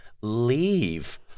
leave